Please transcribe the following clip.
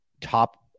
top